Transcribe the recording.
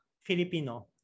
Filipino